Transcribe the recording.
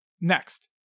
Next